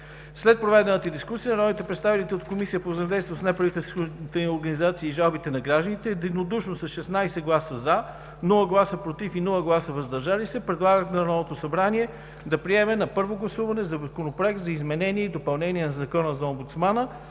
След проведената дискусия народните представители от Комисията по взаимодействието с неправителствените организации и жалбите на гражданите единодушно, с 16 гласа „за“, без „против“ и „въздържали се“, предлагат на Народното събрание да приеме на първо гласуване Законопроект за изменение и допълнение на Закона за омбудсмана,